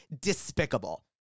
despicable